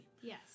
Yes